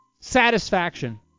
satisfaction